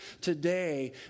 today